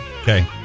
Okay